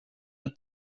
app